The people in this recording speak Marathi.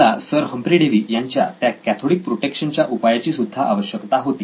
आपल्याला सर हम्फ्री डेवी यांच्या त्या कॅथोडिक प्रोटेक्शन च्या उपायाची सुद्धा आवश्यकता होती